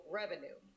revenue